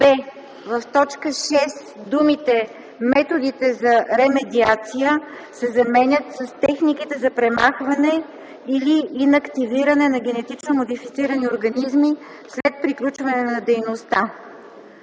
в т. 6 думите „методите за ремедиация” се заменят с „техниките за премахване или инактивиране на генетично модифицирани организми след приключване на дейността”.